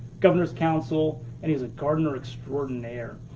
governor's council, and he was a gardener extraordinaire.